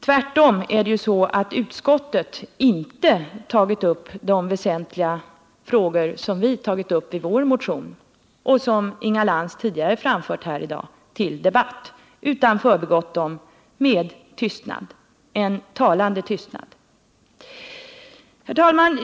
Tvärtom är det så att utskottet inte har berört de väsentliga frågor som vi har tagit upp i vår motion och som Inga Lantz tidigare här i dag framfört till debatt, utan man har förbigått dem med tystnad — en talande tystnad. Herr tal nan!